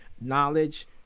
knowledge